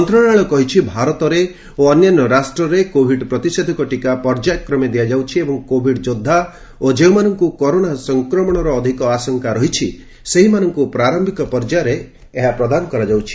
ମନ୍ତ୍ରଣାଳୟ କହିଛି ଭାରତରେ ଓ ଅନ୍ୟାନ୍ୟ ରାଷ୍ଟ୍ରରେ କୋଭିଡ୍ ପ୍ରତିଷେଧକ ଟିକା ପର୍ଯ୍ୟାୟକ୍ରମେ ଦିଆଯାଉଛି ଏବଂ କୋଭିଡ୍ ଯୋଦ୍ଧା ଓ ଯେଉଁମାନଙ୍କୁ କରୋନା ସଫକ୍ରମଣର ଅଧିକ ଆଶଙ୍କା ରହିଛି ସେହିମାନଙ୍କୁ ପ୍ରାର୍ୟିକ ପର୍ଯ୍ୟାୟରେ ଏହା ପ୍ରଦାନ କରାଯାଉଛି